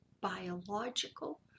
biological